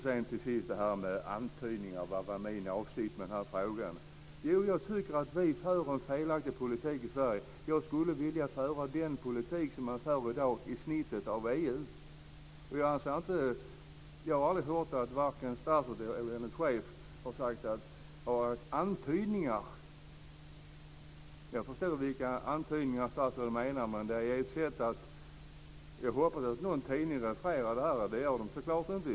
Statsrådet frågar vilken min avsikt var med den här frågan. Jag tycker att vi för en felaktig politik i Sverige. Jag skulle vilja föra den politik som ett genomsnitt av EU-länderna för i dag. Jag har aldrig hört att statsrådet eller hennes chef har sagt att det har funnits några antydningar där. Jag förstår vilka antydningar statsrådet menar. Jag hoppas att någon tidning refererar det här, men det gör de säkert inte.